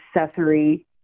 accessory